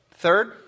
Third